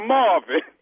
Marvin